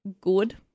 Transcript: good